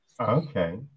Okay